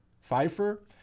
Pfeiffer